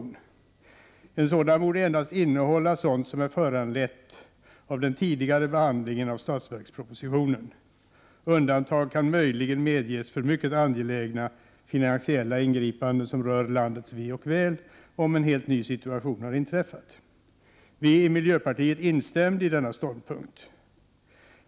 En kompletteringsproposition borde endast innehålla sådant som föranletts av den tidigare behandlingen av budgetpropositionen. Undantag kan möjligen medges för mycket angelägna finansiella ingripanden som rör landets väl och ve om en helt ny situation har inträffat. Vi i miljöpartiet instämde i denna ståndpunkt.